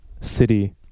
city